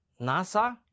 NASA